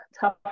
tough